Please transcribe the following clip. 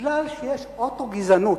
מפני שיש אוטו-גזענות.